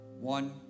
One